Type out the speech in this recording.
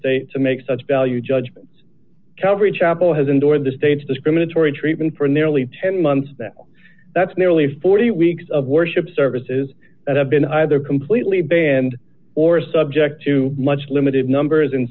state to make such value judgements coverage chapel has endured the state's discriminatory treatment for nearly ten months that's nearly forty weeks of worship services that have been either completely banned or subject to much limited numbers in